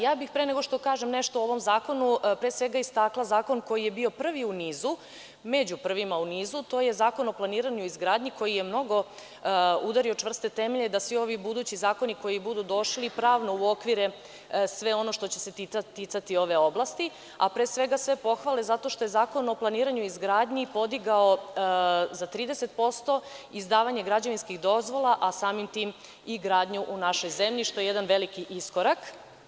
Ja bih pre nego što kažem nešto o ovom zakonu, pre svega istakla zakon koji je bio prvi u nizu, među prvima u nizu to je Zakon o planiranju i izgradnji koji je mnogo udario čvrste temelje da svi ovi budući zakoni koji budu došli i pravno uokvire sve ono što će se ticati ove oblasti, a pre svega sve pohvale zato što je Zakon o planiranju i izgradnji podigao za 30% izdavanje građevinskih dozvola, a samim tim i gradnju u našoj zemlji, što je jedan veliki iskorak.